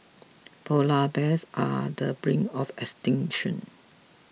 Polar Bears are the brink of extinction